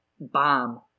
bomb